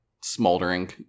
smoldering